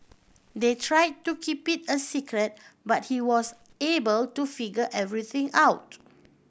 they try to keep it a secret but he was able to figure everything out